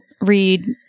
read